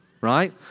right